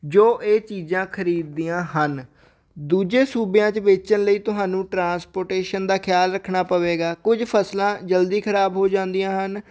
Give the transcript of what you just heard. ਜੋ ਇਹ ਚੀਜ਼ਾਂ ਖਰੀਦਦੀਆਂ ਹਨ ਦੂਜੇ ਸੂਬਿਆਂ 'ਚ ਵੇਚਣ ਲਈ ਤੁਹਾਨੂੰ ਟਰਾਂਸਪੋਰਟੇਸ਼ਨ ਦਾ ਖਿਆਲ ਰੱਖਣਾ ਪਵੇਗਾ ਕੁਝ ਫਸਲਾਂ ਜਲਦੀ ਖਰਾਬ ਹੋ ਜਾਂਦੀਆਂ ਹਨ